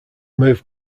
moved